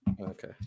Okay